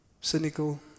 cynical